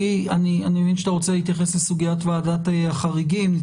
אני מבין שאתה רוצה להתייחס לסוגיית ועדת החריגים.